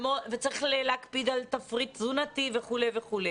וצריך להקפיד על תפריט תזונתי וכו'.